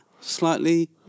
slightly